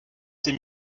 s’est